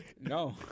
No